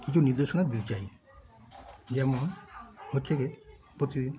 কিছু নির্দেশনা দিতে চাই যেমন হচ্ছে কি প্রতিদিন